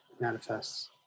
manifests